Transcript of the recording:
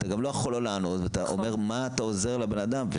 אתה גם לא יכול לא לענות ואתה אומר במה אתה עוזר לבן אדם.